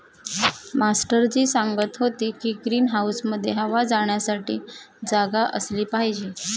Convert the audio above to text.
master ji सांगत होते की ग्रीन हाऊसमध्ये हवा जाण्यासाठी जागा असली पाहिजे